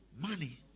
Money